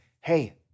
hey